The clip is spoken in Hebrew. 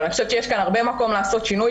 אבל אני חושבת שיש כאן הרבה מקום לעשות שינוי,